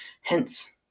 hence